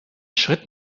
schritt